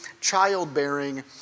childbearing